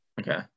okay